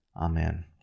Amen